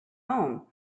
home